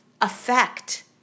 affect